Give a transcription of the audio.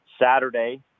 Saturday